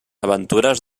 aventures